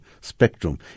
spectrum